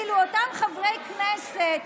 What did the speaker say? אילולא אותם חברי כנסת